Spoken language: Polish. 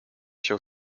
się